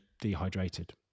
dehydrated